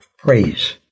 Praise